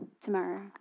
tomorrow